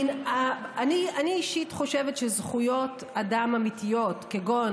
אני אישית חושבת שזכויות אדם אמיתיות כגון